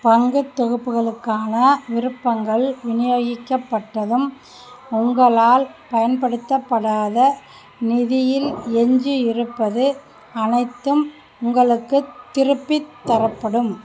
பங்குத் தொகுப்புகளுக்கான விருப்பங்கள் விநியோகிக்கப்பட்டதும் உங்களால் பயன்படுத்தப்படாத நிதியில் எஞ்சி இருப்பது அனைத்தும் உங்ககளுக்குத் திருப்பித் தரப்படும்